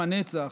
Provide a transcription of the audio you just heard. עם הנצח,